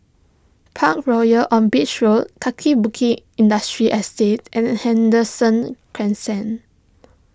Parkroyal on Beach Road Kaki Bukit Industrial Estate and Henderson Crescent